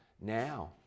Now